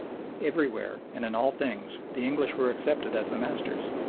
everywhere and in all things the english were accepted as the masters,